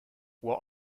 what